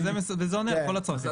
וזה עונה על כל הצרכים.